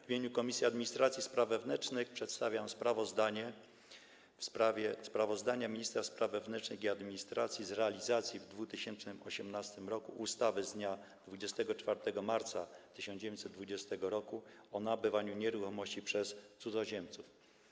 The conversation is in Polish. W imieniu Komisji Administracji i Spraw Wewnętrznych przedstawiam stanowisko w sprawie sprawozdania ministra spraw wewnętrznych i administracji z realizacji w 2018 r. ustawy z dnia 24 marca 1920 r. o nabywaniu nieruchomości przez cudzoziemców.